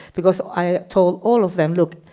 because i told all of them, look,